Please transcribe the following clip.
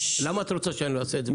למה שלא אעשה את זה?